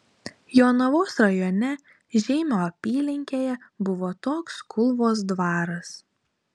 jonavos rajone žeimio apylinkėje buvo toks kulvos dvaras